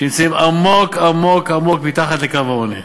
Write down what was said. שנמצאים עמוק עמוק עמוק מתחת לקו העוני.